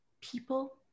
people